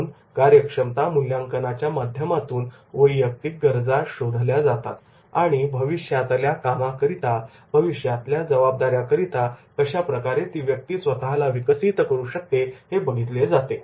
म्हणून कार्यक्षमता मूल्यांकनाच्या माध्यमातून वैयक्तिक गरजा शोधल्या जातात आणि भविष्यातल्या कामातकरता भविष्यातल्या जबाबदाऱ्या करता कशाप्रकारे ती व्यक्ती स्वतःला विकसित करू शकते हे बघितले जाते